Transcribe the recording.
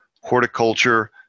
horticulture